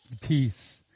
peace